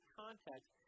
context